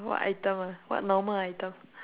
what item ah what normal item